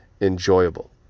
enjoyable